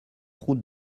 route